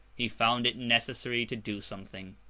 he found it necessary to do something.